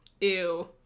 ew